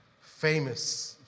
Famous